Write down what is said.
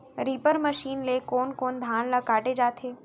Reaper machine ले कोन कोन धान ल काटे जाथे?